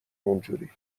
اونجوری